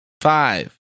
Five